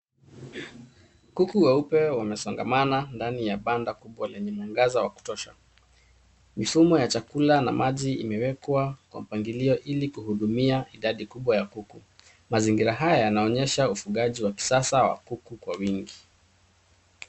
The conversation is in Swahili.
Kuku weupe wanasongamana ndani ya banda kubwa lenye mwangaza wa kutosha, mifumo ya chakula na maji imewekwa kwa mpangilio ili kuhudumia idadi kubwa ya kuku mazingira haya yanaonyesha ufugaji wa kisasa wa kuku kwa wingi.